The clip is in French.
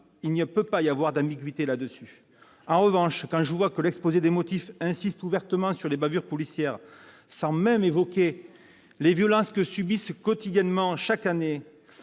il ne peut pas y avoir d'ambiguïté sur ce plan. En revanche, quand je vois que l'exposé des motifs insiste ouvertement sur les bavures policières, sans même évoquer les violences que subissent quotidiennement les